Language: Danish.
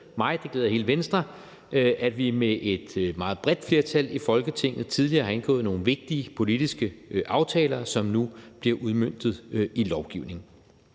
mig, og det glæder hele Venstre, at vi med et meget bredt flertal i Folketinget tidligere har indgået nogle vigtige politiske aftaler, som nu bliver udmøntet i lovgivning.